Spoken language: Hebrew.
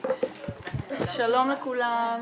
שלום לכולם,